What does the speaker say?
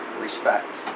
respect